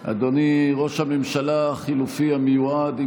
אדוני ראש הממשלה החלופי המיועד,